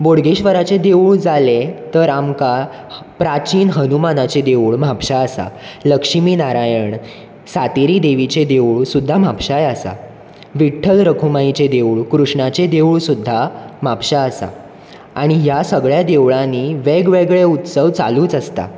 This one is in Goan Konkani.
बोडगेश्वराचे देवूळ जालें तर आमकां प्राचीन हनुमानाचें देवूळ म्हापसा आसा लक्ष्मी नारायण सातेरी देवीचें देवूळ सुद्दांय म्हापशांय आसा विठ्ठल रकूमाइचें देवूळ कृष्णाचें देवूळ सुद्दां म्हापश्यां आसा आनी ह्या सगळ्यां देवळानीं वेग वेगळे उत्सव चालूच आसता